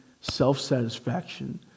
self-satisfaction